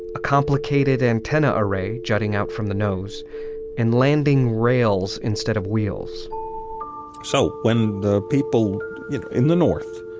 a complicated antenna array jutting out from the nose and landing rails instead of wheels so when the people in the north,